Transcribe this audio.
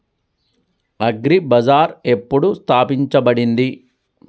Agri bazaar ఎప్పుడు స్థాపించబడింది?